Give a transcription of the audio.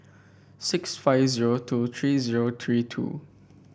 six five zero two three zero three two